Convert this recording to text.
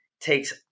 takes